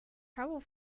trouble